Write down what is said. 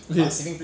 okay